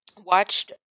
watched